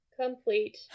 Complete